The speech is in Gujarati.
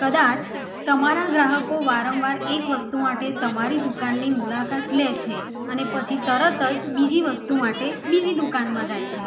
કદાચ તમારા ગ્રાહકો વારંવાર એક વસ્તુ માટે તમારી દુકાનની મુલાકાત લે છે અને પછી તરત જ બીજી વસ્તુ માટે બીજી દુકાનમાં જાય છે